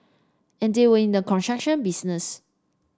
and they were in the construction business